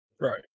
right